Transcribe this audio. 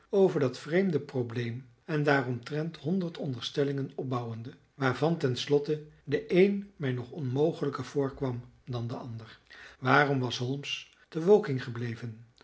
over dat vreemde probleem en daaromtrent honderd onderstellingen opbouwende waarvan ten slotte de een mij nog onmogelijker voorkwam dan de ander waarom was holmes te woking gebleven